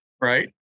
right